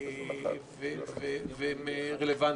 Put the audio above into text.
והם רלוונטיים,